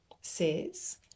says